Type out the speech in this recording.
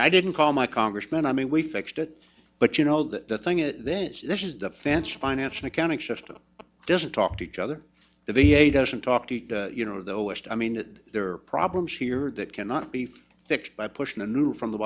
y i didn't call my congressman i mean we fixed it but you know the thing is this is a fancy finance and accounting system doesn't talk to each other the v a doesn't talk to you know the west i mean there are problems here that cannot be fixed by pushing a new from the